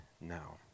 now